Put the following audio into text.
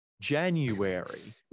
january